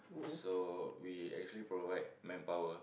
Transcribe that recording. so we actually provide manpower